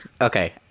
okay